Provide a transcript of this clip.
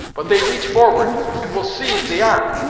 but they reach forward, and will seize the ark!